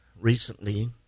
recently